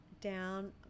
down